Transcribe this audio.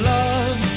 love